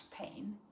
pain